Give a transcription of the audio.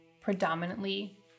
predominantly